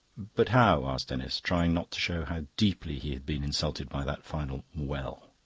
but how? asked denis, trying not to show how deeply he had been insulted by that final well.